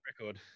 record